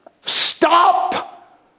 stop